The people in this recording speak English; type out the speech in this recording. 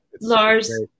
Lars